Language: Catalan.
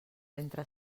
ventre